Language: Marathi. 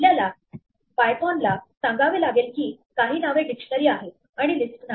आपल्याला पायथोन ला सांगावे लागेल की काही नावे डिक्शनरी आहे आणि लिस्ट नाही